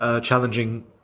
challenging